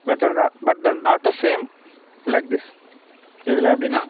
but என்னென்னால் but then not the same like this எதில் அப்படின்னா